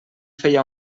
feia